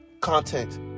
content